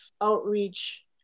outreach